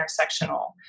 intersectional